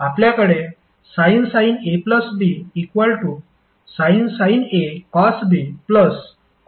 आपल्याकडे sin AB sin sin A cosBcosA sin B आहे